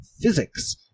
physics